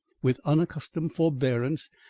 with unaccustomed forbearance,